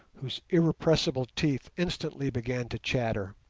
whose irrepressible teeth instantly began to chatter.